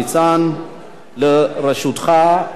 לרשותך עשר דקות.